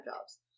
jobs